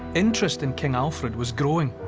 interest in king alfred was growing.